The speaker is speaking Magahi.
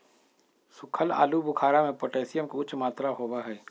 सुखल आलू बुखारा में पोटेशियम के उच्च मात्रा होबा हई